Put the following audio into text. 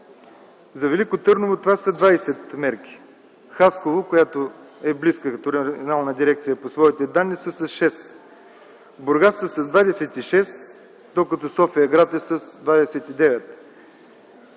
За Велико Търново има 20 мерки. Хасково, която е близка териториална дирекция по своите данни – 6 броя. Бургас е с 26, докато София-град е с 29